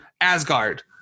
Asgard